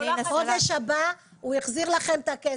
חודש הבא הוא החזיר לכם את הכסף,